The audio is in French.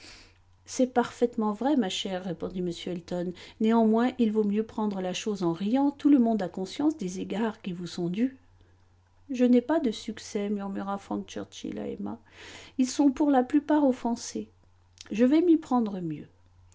c'est parfaitement vrai ma chère répondit m elton néanmoins il vaut mieux prendre la chose en riant tout le monde a conscience des égards qui vous sont dûs je n'ai pas de succès murmura frank churchill à emma ils sont pour la plupart offensés je vais m'y prendre mieux